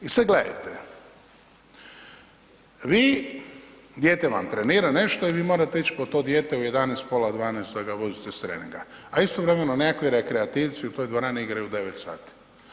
I sad gledajte, vi, dijete vam trenira nešto i vi morate ići po to dijete u 11, pola 12 da ga vozite s treninga, a istovremeno neki rekreativci u toj dvorani igraju u 9 sati.